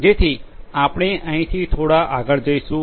જેથી આપણે અહીંથી થોડા આગળ જઈશું